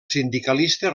sindicalista